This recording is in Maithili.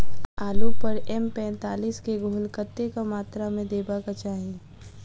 आलु पर एम पैंतालीस केँ घोल कतेक मात्रा मे देबाक चाहि?